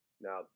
Now